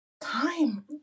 time